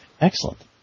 Excellent